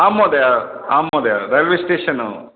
आं महोदय आं महोदय रेल्वे स्टेशन्